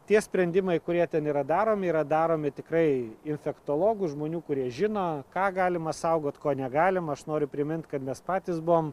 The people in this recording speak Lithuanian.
tie sprendimai kurie ten yra daromi yra daromi tikrai infektologų žmonių kurie žino ką galima saugot ko negalima aš noriu primint kad mes patys buvom